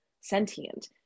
sentient